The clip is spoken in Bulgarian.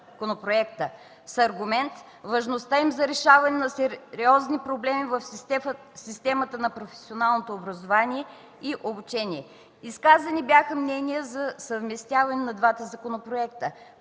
аргумент важността им за решаване на сериозни проблеми в системата на професионално образование и обучение. Изказани бяха мнения за съвместяване на двата законопроекта,